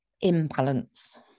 imbalance